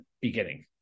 beginning